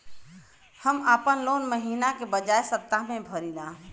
हम आपन लोन महिना के बजाय सप्ताह में भरीला